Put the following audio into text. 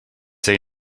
say